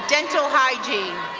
dental hygiene.